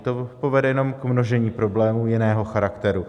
To povede jenom k množení problémů jiného charakteru.